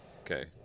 Okay